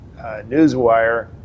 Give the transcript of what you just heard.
newswire